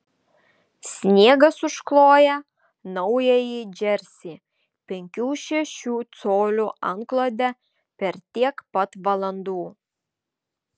sniegas užkloja naująjį džersį penkių šešių colių antklode per tiek pat valandų